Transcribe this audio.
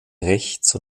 rechts